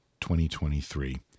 2023